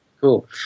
cool